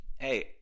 Hey